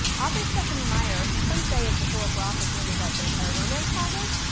author stephenie meyer, who some say is the philip roth of young adult vampire romance sagas,